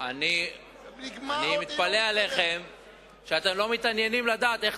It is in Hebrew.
אני מתפלא עליכם שאתם לא מתעניינים לדעת איך